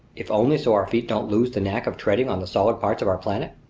if only so our feet don't lose the knack of treading on the solid parts of our planet?